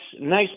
nice